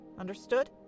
Understood